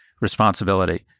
responsibility